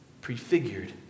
prefigured